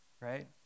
right